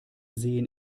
sehen